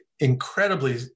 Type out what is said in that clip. incredibly